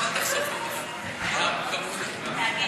הציוני וקבוצת סיעת מרצ לסעיף 4 לא נתקבלה.